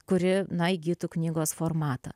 kuri na įgytų knygos formatą